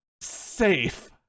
safe